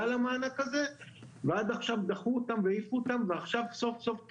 המענק הזה ועד עכשיו דחו אותם והעיפו אותם ועכשיו סוף סוף,